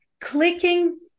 clicking